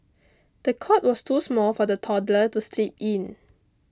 the cot was too small for the toddler to sleep in